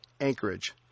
Anchorage